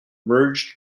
merged